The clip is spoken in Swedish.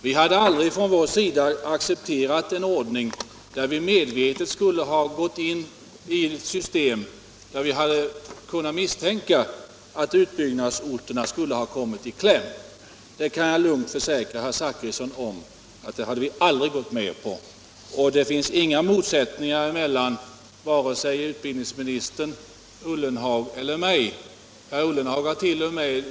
Vi hade aldrig accepterat detta system om vi hade kunnat misstänka att utbyggnadsorterna skulle kunna komma i kläm — det kan jag lugnt försäkra herr Zachrisson. Det finns inga motsättningar mellan vare sig utbildningsministern och mig eller herr Ullenhag och mig. Herr Ullenhag hart.o.m.